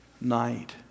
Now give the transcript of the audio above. night